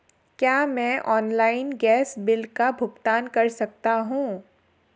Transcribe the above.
क्या मैं online gas bill का भुगतान कर सकता हूँ?